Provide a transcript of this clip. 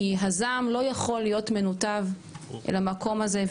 כי הזעם לא יכול להיות מנותב אל המקום הזה,